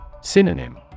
Synonym